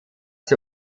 sie